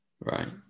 Right